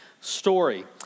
story